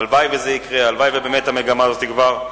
הלוואי שזה יקרה, הלוואי שבאמת המגמה הזאת תגבר.